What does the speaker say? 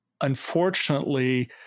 unfortunately